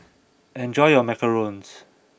enjoy your Macarons